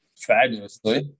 fabulously